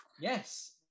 Yes